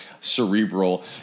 cerebral